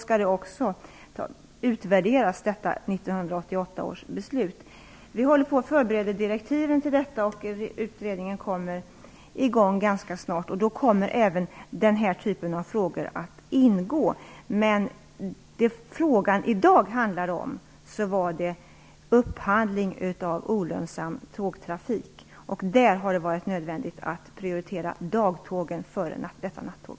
1988 års beslut skall också utvärderas. Vi håller på att förbereda direktiven till kommissionen. Utredningen kommer i gång ganska snart. Då kommer även den här typen av frågor att ingå. Men frågan i dag handlar om upphandling av olönsam tågtrafik. Där har det varit nödvändigt att prioritera dagtågen före detta nattåg.